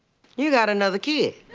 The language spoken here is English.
you got another kid.